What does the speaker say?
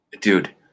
Dude